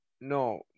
no